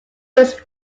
was